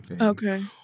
Okay